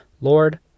Lord